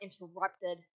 interrupted